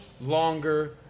longer